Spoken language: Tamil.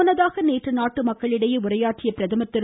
முன்னதாக நாட்டு மக்களிடையே உரையாற்றிய பிரதமர் திரு